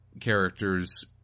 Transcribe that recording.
characters